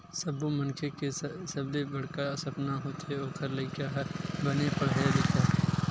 सब्बो मनखे के सबले बड़का सपना होथे ओखर लइका ह बने पड़हय लिखय